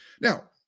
Now